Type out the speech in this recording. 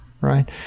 right